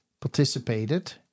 participated